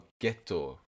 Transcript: Ghetto